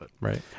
Right